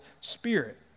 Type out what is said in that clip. Spirit